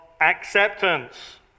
acceptance